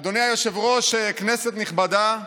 אדוני היושב-ראש, כנסת נכבדה,